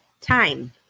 time